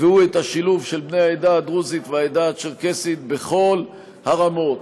והוא השילוב של בני העדה הדרוזית והעדה הצ'רקסית בכל הרמות.